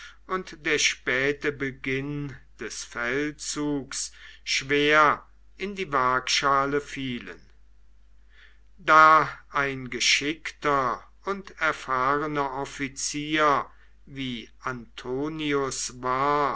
und der späte beginn des feldzugs schwer in die waagschale fielen da ein geschickter und erfahrener offizier wie antonius war